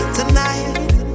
tonight